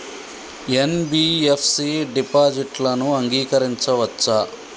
NBFC డిపాజిట్లను అంగీకరించవచ్చా?